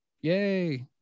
Yay